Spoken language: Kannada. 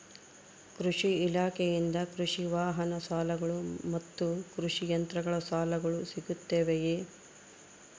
ಕೃಷಿ ಇಲಾಖೆಯಿಂದ ಕೃಷಿ ವಾಹನ ಸಾಲಗಳು ಮತ್ತು ಕೃಷಿ ಯಂತ್ರಗಳ ಸಾಲಗಳು ಸಿಗುತ್ತವೆಯೆ?